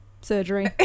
Surgery